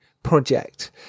Project